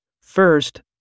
First